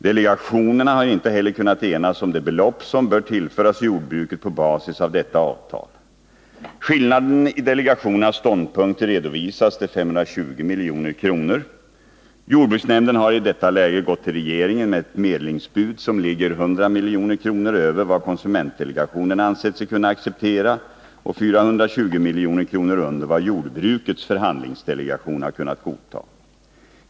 Delegationerna har inte heller kunnat enas om det belopp som bör tillföras jordbruket på basis av detta avtal. Skillnaden i delegationernas ståndpunkter redovisas till 520 milj.kr. Jordbruksnämnden har i detta läge gått till regeringen med ett medlingsbud som ligger 100 milj.kr. över vad konsumentdelegationen ansett sig kunna acceptera och 420 milj.kr. under vad jordbrukets förhandlingsdelegation har kunnat godta.